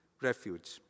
refuge